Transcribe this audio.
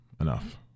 enough